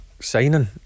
signing